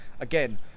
again